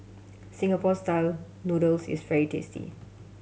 Singapore Style Noodles is very tasty